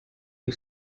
you